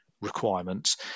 requirements